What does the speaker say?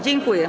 Dziękuję.